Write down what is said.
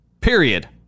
period